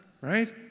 right